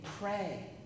pray